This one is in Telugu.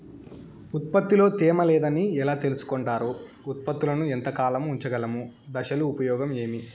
ఉత్పత్తి లో తేమ లేదని ఎలా తెలుసుకొంటారు ఉత్పత్తులను ఎంత కాలము ఉంచగలము దశలు ఉపయోగం ఏమి?